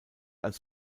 als